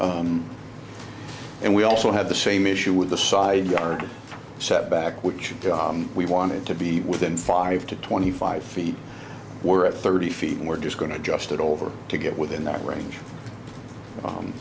s and we also have the same issue with the side yard setback which we wanted to be within five to twenty five feet we're at thirty feet and we're just going to just it over to get within that range